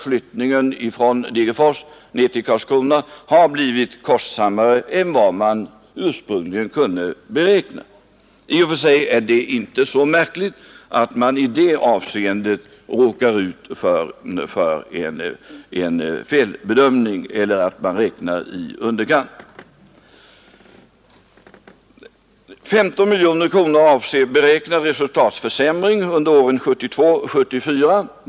Flyttningen från Degerfors till Karlskrona har blivit kostsammare än vad man ursprungligen kunde beräkna. I och för sig är det inte så märkligt att man i det avseendet råkar ut för en felbedömning eller att man räknar i underkant. 15 miljoner kronor avser beräknad resultatförsämring under åren 1972-1974.